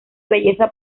belleza